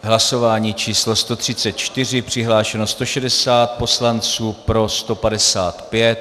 V hlasování číslo 134 přihlášeno 160 poslanců, pro 155.